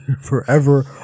forever